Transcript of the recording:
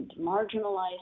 marginalized